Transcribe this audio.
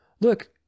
look